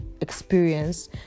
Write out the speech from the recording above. experience